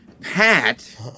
Pat